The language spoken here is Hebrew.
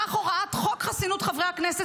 כך הוראת חוק חסינות חברי הכנסת,